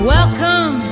Welcome